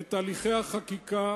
את הליכי החקיקה